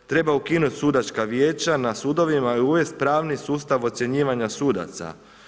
Treba ukinuti sudačka vijeća na sudovima i uvesti pravni sustav ocjenjivanja sudaca.